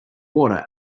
water